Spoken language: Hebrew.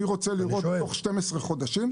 אני רוצה לראות תוצאות בשטח תוך 12 חודשים.